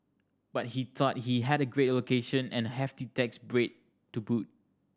but he thought he had a great location and a hefty tax break to boot